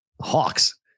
Hawks